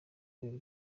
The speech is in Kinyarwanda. rwego